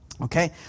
Okay